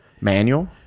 Manual